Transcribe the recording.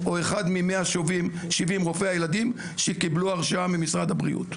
או אחד מ-170 רופאי הילדים שקיבלו הרשאה ממשרד הבריאות,